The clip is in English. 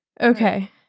Okay